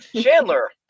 Chandler